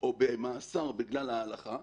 או במאסר בגלל ההלכה,